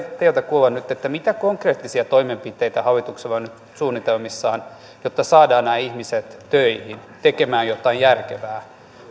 teiltä kuulla nyt mitä konkreettisia toimenpiteitä hallituksella on nyt suunnitelmissaan jotta saadaan nämä ihmiset töihin tekemään jotain järkevää